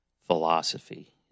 philosophy